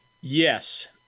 Yes